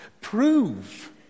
Prove